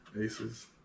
Aces